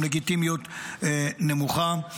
עם לגיטימיות נמוכה.